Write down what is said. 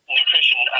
nutrition